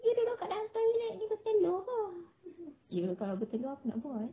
you duduk kat dalam toilet ni bertelur ke iya kalau bertelur apa nak buat